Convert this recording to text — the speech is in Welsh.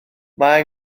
mae